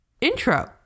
intro